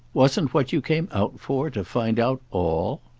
wasn't what you came out for to find out all?